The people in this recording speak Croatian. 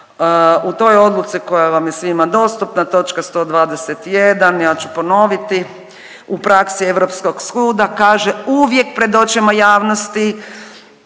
u toj odluci koja vam je svima dostupna točka 121, ja ću ponoviti u praksi Europskog suda kaže uvijek pred očima javnosti